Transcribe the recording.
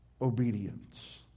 obedience